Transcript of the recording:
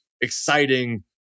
exciting